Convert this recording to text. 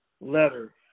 letter